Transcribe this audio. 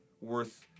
worth